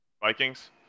Vikings